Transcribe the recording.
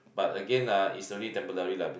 but again ah it's only temporary lah